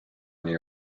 nii